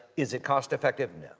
is it cost effective?